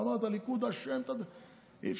היית